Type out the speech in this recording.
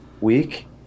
week